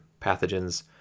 pathogens